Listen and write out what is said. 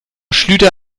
schlüter